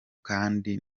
kandi